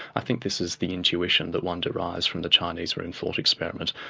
i think this is the intuition that one derives from the chinese room thought experiment.